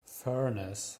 furness